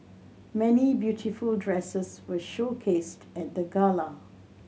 many beautiful dresses were showcased at the gala